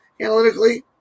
analytically